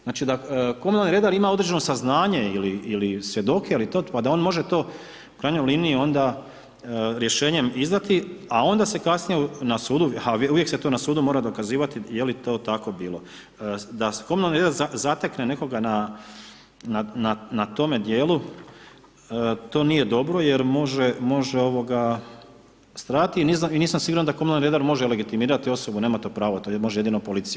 Znači da komunalni redar ima određeno saznanje ili svjedoke pa da on može to u krajnjoj liniji onda rješenjem izdati a onda se kasnije na sudu a uvijek se to na sudu mora dokazivati je li to tako bilo, da komunalni redar zatekne nekoga na tome djelu, to nije dobro jer može stradati i nisam siguran da komunalni redar može legitimirati osobe, nema to pravo, to može jedino policija.